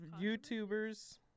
YouTubers